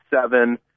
seven